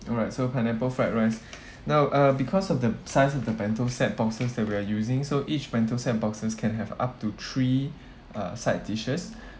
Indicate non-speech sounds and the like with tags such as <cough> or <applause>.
alright so pineapple fried rice <breath> now uh because of the size of the bento set boxes that we're using so each bento set boxes can have up to three uh side dishes